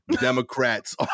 Democrats